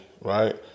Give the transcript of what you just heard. right